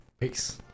peace